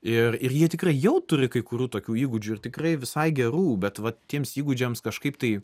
ir ir jie tikrai jau turi kai kurių tokių įgūdžių ir tikrai visai gerų bet vat tiems įgūdžiams kažkaip tai